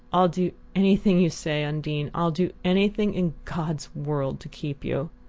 i'll do anything you say. undine i'll do anything in god's world to keep you!